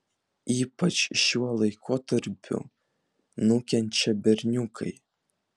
ypač šiuo laikotarpiu nukenčia berniukai